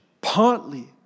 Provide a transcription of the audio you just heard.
Partly